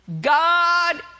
God